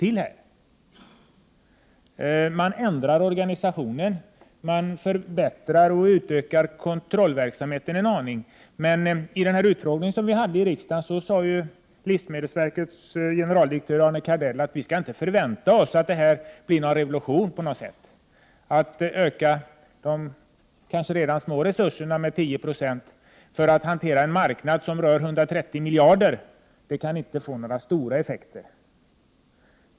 Organisationen ändras. Kontrollverksamheten förbättras och utökas en aning. Men vid den utfrågning som ägde rum i jordbruksutskottet sade livsmedelsverkets generaldirektör Arne Kardell att vi inte skall förvänta oss en revolution i detta sammanhang. Redan små resurser utökas bara med 10 2. Och ändå gäller det en marknad som representerar ett värde av ungefär 130 miljarder.